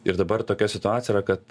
ir dabar tokia situacija yra kad